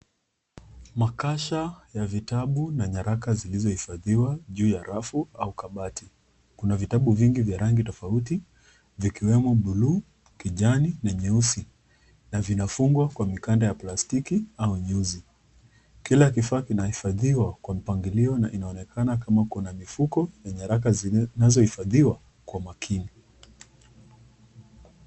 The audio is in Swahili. Makasha ya vitabu na nyaraka zilizohifadhiwa juu ya rafu au kabati. Kuna vitabu vingi vya rangi tofauti vikiwemo bluu, kijani na nyeusi na vinafungwa kwa mikanda ya plastiki au nyuzi. Kila kifaa kinahifadhiwa kwa mpangilio na inaonekiana kama kuna mifuko ya nyaraka zinazohifadhiwa kwa makini.